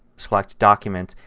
select documents,